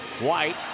White